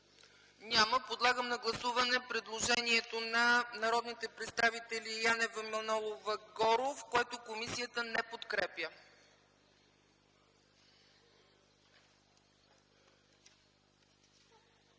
Няма. Подлагам на гласуване предложението на народните представители Янева, Манолова и Горов, което комисията не подкрепя.